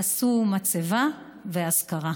המשפחה עשתה מצבה ואזכרה.